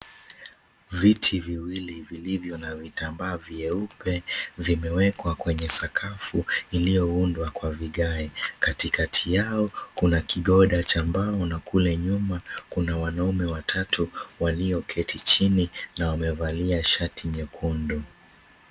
Viti viwili vilivyo na vitambaa vyeupe vimewekwa kwenye sakafu iliyoundwa kwa vigae. Katikati yao kuna kigoda cha mbao na kule nyuma kuna wanaume watatu walioketi chini na wamevalia shati nyekundu.